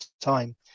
time